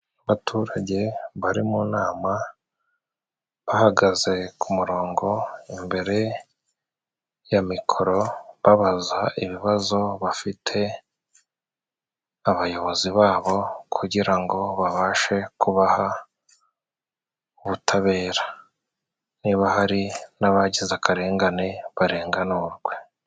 Abaturage bari mu nama bahagaze ku murongo, imbere ya mikoro babaza ibibazo bafite, abayobozi babo kugira ngo babashe kubaha ubutabera. Niba hari n'abagize akarengane barenganurwe.